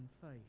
faith